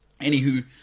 Anywho